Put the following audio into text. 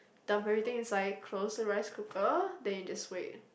dump everything inside close the rice cooker then you just wait